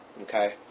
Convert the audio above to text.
Okay